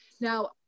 Now